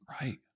right